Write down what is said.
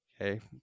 Okay